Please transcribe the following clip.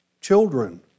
Children